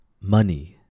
Money